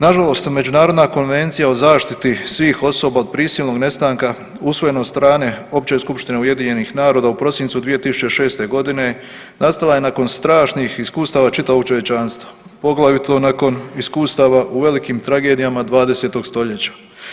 Na žalost Međunarodna konvencija o zaštiti svih osoba od prisilnog nestanka usvojena od strane Opće skupštine Ujedinjenih naroda u prosincu 2006. godine nastala je nakon strašnih iskustava čitavog čovječanstva, poglavito nakon iskustava u velikim tragedijama 20. stoljeća.